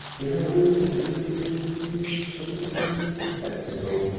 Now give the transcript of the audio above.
it had always been a confused, entertaining spectacle,